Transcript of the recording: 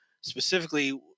specifically